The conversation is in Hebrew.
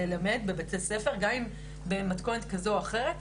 ללמד בבתי ספר גם אם במתכונת כזו או אחרת.